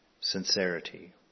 Sincerity